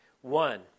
One